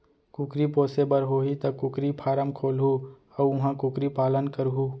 कुकरी पोसे बर होही त कुकरी फारम खोलहूं अउ उहॉं कुकरी पालन करहूँ